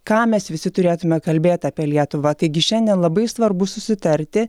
ką mes visi turėtume kalbėt apie lietuvą taigi šiandien labai svarbu susitarti